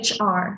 HR